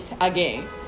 again